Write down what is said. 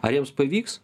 ar jiems pavyks